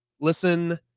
listen